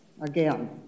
again